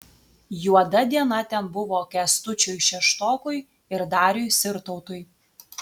juoda diena ten buvo kęstučiui šeštokui ir dariui sirtautui